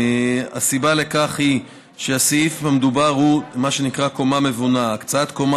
הסיבה לכך היא שהסעיף המדובר הוא מה שנקרא "קומה מבונה" הקצאת קומה